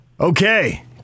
Okay